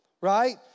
Right